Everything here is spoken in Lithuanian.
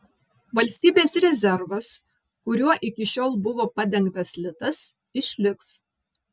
valstybės rezervas kuriuo iki šiol buvo padengtas litas išliks